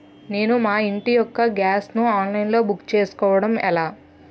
నేను మా ఇంటి యెక్క గ్యాస్ ను ఆన్లైన్ లో బుక్ చేసుకోవడం ఎలా?